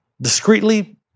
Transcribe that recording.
Discreetly